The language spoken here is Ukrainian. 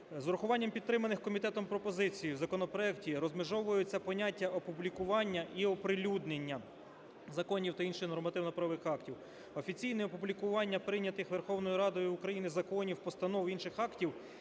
З врахуванням підтриманих комітетом пропозицій в законопроекті розмежовуються поняття опублікування і оприлюднення законів та інших нормативно-правових актів. Офіційне опублікування прийнятих Верховною Радою України законів, постанов, інших актів